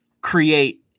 create